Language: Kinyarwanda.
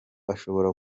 ashobora